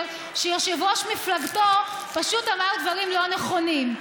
שיושב-ראש מפלגתו פשוט אמר דברים לא נכונים.